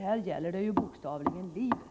Här gäller det ju bokstavligen livet.